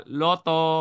loto